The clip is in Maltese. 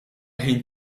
ħin